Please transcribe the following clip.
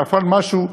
נפל משהו,